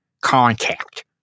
contact